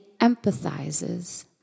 empathizes